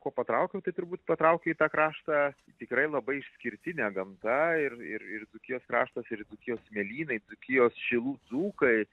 ko patraukiau tai turbūt patraukė į tą kraštą tikrai labai išskirtinė gamta ir ir ir dzūkijos kraštas ir dzūkijos smėlynai dzūkijos šilų dzūkai